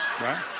Right